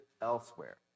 elsewhere